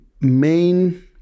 main